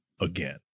again